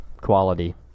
quality